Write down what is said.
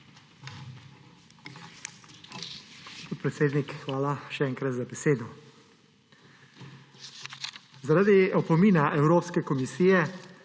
Podpredsednik, hvala še enkrat za besedo. Zaradi opomina Evropske komisije